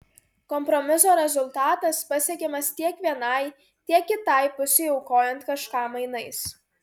kompromiso rezultatas pasiekiamas tiek vienai tiek kitai pusei aukojant kažką mainais